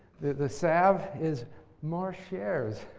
the salve is more shares.